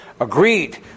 agreed